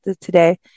today